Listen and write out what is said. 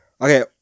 Okay